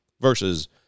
versus